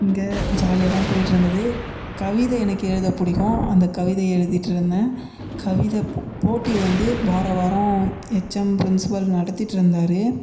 இங்கே ஜாலியாக தான் போய்ட்ருந்தது கவிதை எனக்கு எழுத பிடிக்கும் அந்த கவிதை எழுதிட்டுருந்தேன் கவிதைப் போ போட்டி வந்து வாரம் வாரம் எச்எம் பிரின்ஸ்பால் நடத்திட்ருந்தார்